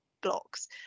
blocks